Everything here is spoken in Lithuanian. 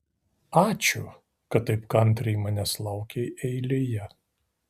ačiū kad taip kantriai manęs laukei eilėje